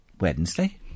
Wednesday